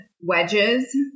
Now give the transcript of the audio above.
wedges